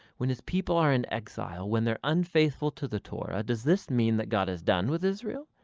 when his people are in exile, when they're unfaithful to the torah does this mean that god is done with israel?